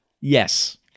Yes